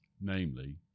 namely